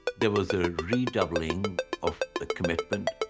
there was a redoubling of the commitment